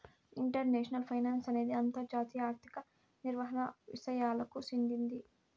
international finance అనేది అంతర్జాతీయ ఆర్థిక నిర్వహణ విసయాలకు చెందింది